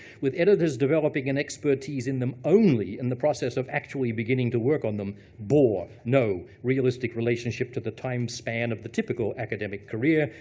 with editors developing an expertise in them only in and the process of actually beginning to work on them bore no realistic relationship to the time span of the typical academic career,